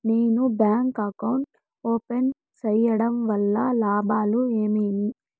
నేను bank account open సేయడం వల్ల లాభాలు ఏమేమి?